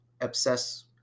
obsess